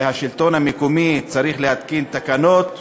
והשלטון המקומי צריך להתקין תקנות,